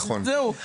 זהו.